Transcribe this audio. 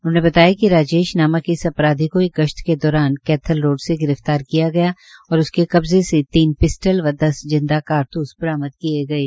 उन्होंने बताया कि राजेश नामक अपराधी को एक गश्त के दौरान कैथल रोड से गिर फ्तार किया गया और उसके कब्जे से तीन पिस्टल व दस जिंदा कारतूस बरामद किये गये